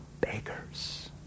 beggars